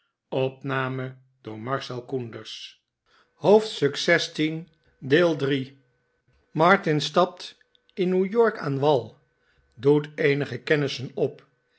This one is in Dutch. stapt in new york aan wal r doet eenige kennissen op